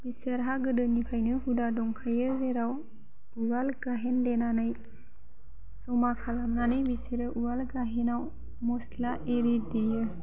बिसोरहा गोदोनिफ्रायनो हुदा दंखायो जेराव उवाल गाहेन देनानै ज'मा खालामनानै बिसोरो उवाल गाहेनाव म'स्ला आरि देयो